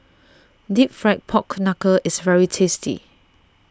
Deep Fried Pork Knuckle is very tasty